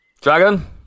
Dragon